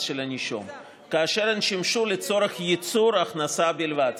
של הנישום כאשר הן שימשו לצורך ייצור הכנסה בלבד.